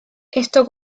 esto